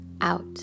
out